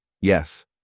yes